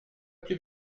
plus